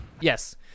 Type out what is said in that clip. Yes